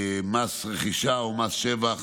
מס רכישה או מס שבח